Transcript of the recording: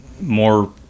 more